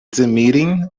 emitting